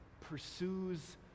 pursues